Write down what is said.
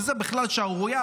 שזה בכלל שערורייה,